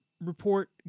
report